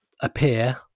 appear